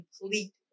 complete